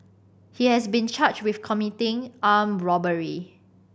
he has been charged with committing armed robbery